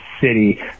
city